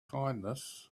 kindness